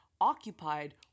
occupied